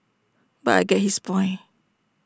but I get his point